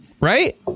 right